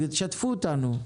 תשתפו אותנו.